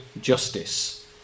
justice